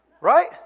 right